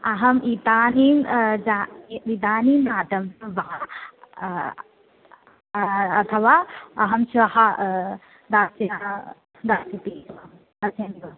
अहम् इदानीं जा इदानीं जातं वा अथवा अहं श्वः दास्यामि दास्यामि इति वा दास्यामि वा